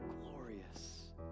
glorious